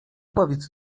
powiedz